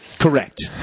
Correct